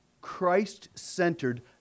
christ-centered